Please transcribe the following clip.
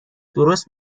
درست